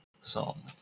song